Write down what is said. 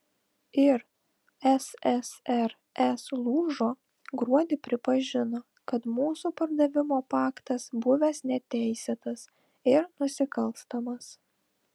ir ssrs lūžo gruodį pripažino kad mūsų pardavimo paktas buvęs neteisėtas ir nusikalstamas